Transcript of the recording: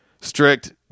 strict